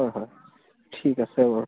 হয় হয় ঠিক আছে